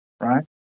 right